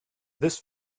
this